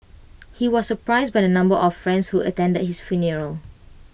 he was surprised by the number of friends who attended his funeral